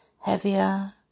heavier